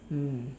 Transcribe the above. mm